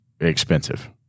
expensive